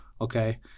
okay